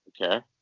Okay